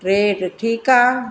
टे त ठीकु आहे